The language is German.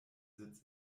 sitz